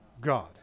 God